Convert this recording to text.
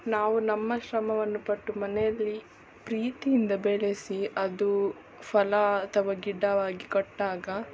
ನಾವು ನಮ್ಮ ಶ್ರಮವನ್ನುಪಟ್ಟು ಮನೆಯಲ್ಲಿ ಪ್ರೀತಿಯಿಂದ ಬೆಳೆಸಿ ಅದು ಫಲ ಅಥವಾ ಗಿಡವಾಗಿ ಕೊಟ್ಟಾಗ